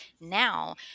now